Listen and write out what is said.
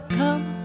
come